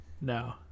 No